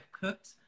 cooked